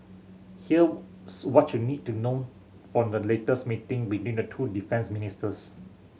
here's what you need to know from the latest meeting between the two defence ministers